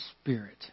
spirit